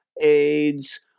AIDS